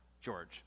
George